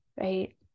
right